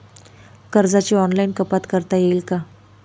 कर्जाची ऑनलाईन कपात करता येईल का?